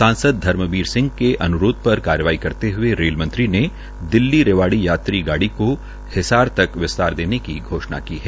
सांसद धर्मवीर सिंह के अन्रोध पर कार्रवाई करते हये रेल मंत्री ने दिल्ली रेवाड़ी यात्री गाड़ी को हिसार तक विस्तार देने की घोषणा की है